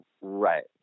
Right